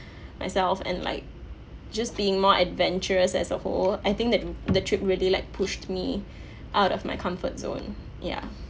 myself and like just being more adventurous as a whole I think that the trip really like pushed me out of my comfort zone ya